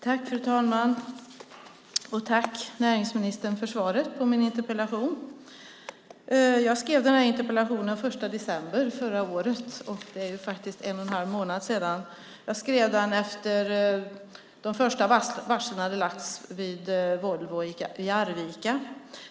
Fru talman! Jag tackar näringsministern för svaret på min interpellation. Jag skrev interpellationen den 1 december förra året; det är en och en halv månad sedan. Jag skrev den efter att de första varslen hade lagts vid Volvo i Arvika.